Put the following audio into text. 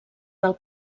del